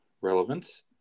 relevance